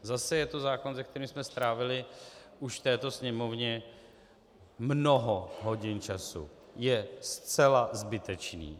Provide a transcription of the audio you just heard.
Zase je to zákon, se kterým jsme strávili už v této Sněmovně mnoho hodin času, je zcela zbytečný.